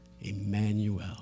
Emmanuel